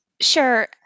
Sure